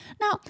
Now